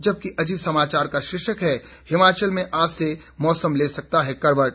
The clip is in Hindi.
जबकि अजीत समाचार का शीर्षक है हिमाचल में आज से मौसम ले सकता है करवट